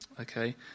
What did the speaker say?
Okay